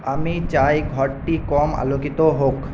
আমি চাই ঘরটি কম আলোকিত হোক